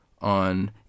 on